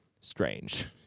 strange